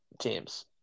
teams